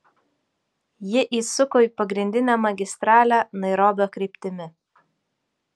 ji įsuko į pagrindinę magistralę nairobio kryptimi